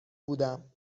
بودم